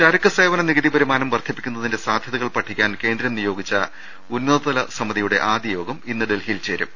ചരക്കു സേവന നികുതി വരുമാനം വർധിപ്പിക്കുന്നതിന്റെ സാധ്യതകൾ പഠിക്കാൻ കേന്ദ്രം നിയോഗിച്ച ഉന്നതതല സമിതിയുടെ ആദ്യ യോഗം ഇന്ന് ഡൽഹിയിൽ ചേരും